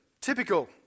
typical